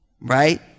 Right